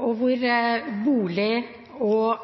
og hvor bolig og